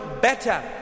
better